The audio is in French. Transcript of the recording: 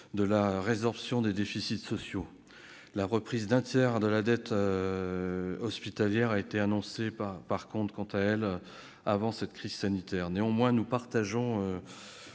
de la résorption des déficits sociaux. La reprise d'un tiers de la dette hospitalière a été annoncée par l'État avant la crise sanitaire. Nous partageons